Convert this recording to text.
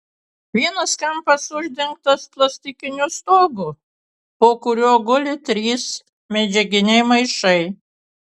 vienas kampas uždengtas plastikiniu stogu po kuriuo guli trys medžiaginiai maišai